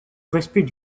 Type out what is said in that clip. respect